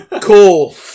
Cool